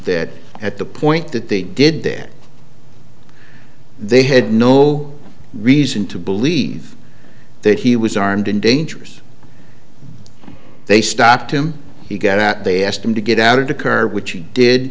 that at the point that they did there they had no reason to believe that he was armed and dangerous they stopped him he got out they asked him to get out of the car which he did